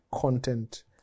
Content